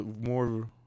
more